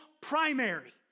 primary